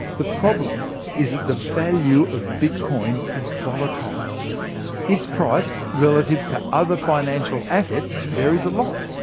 the problem is that the value of bitcoins is volatile its price relative to other financial assets varies a lot.